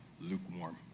lukewarm